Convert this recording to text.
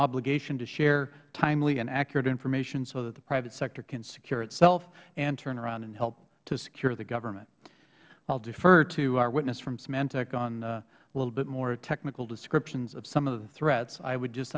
obligation to share timely and accurate information so that the private sector can secure itself and turn around and help to secure the government i will defer to our witness from symantec on a little bit more technical descriptions of some of the threats i would just